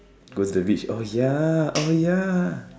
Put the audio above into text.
going to reach oh ya oh ya